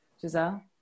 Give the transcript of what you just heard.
Giselle